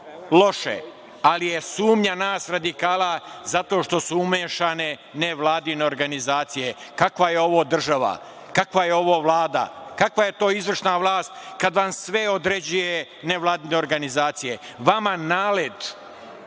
loše, ali je sumnja nas radikala zato su umešane nevladine organizacije. Kakva je ovo država? Kakva je ovo Vlada? Kakva je to izvršna vlast kad vam sve određuju nevladine organizacije? Vama NALET,